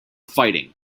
fighting